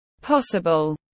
possible